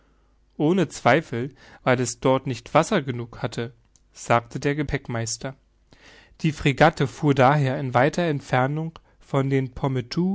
ohne zweifel weil es dort nicht wasser genug hatte sagte der gepäckmeister die fregatte fuhr daher in weiter entfernung von den